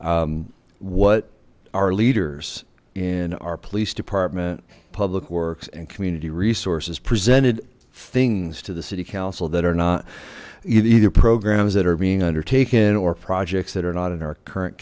what our leaders in our police department public works and community resources presented things to the city council that are not either programs that are being undertaken or projects that are not in our current